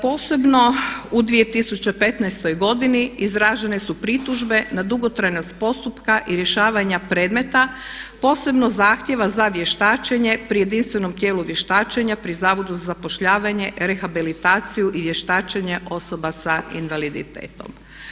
Posebno u 2015. godini izražene su pritužbe na dugotrajnost postupka i rješavanja predmeta, posebno zahtjeva za vještačenje pri jedinstvenom tijelu vještačenja pri Zavodu za zapošljavanje, rehabilitaciju i vještačenje osoba sa invaliditetom.